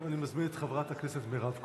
אני מזמין את חברת הכנסת מירב כהן,